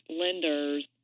lenders